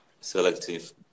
selective